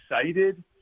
excited